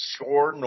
Score